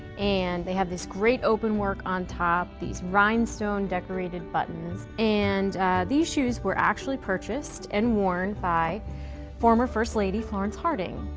and they have this great open work on top, these rhinestone decorated buttons. and these shoes were actually purchased and worn by former first lady florence harding.